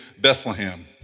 Bethlehem